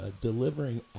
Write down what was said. delivering